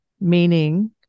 Meaning